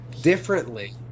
differently